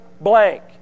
blank